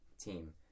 team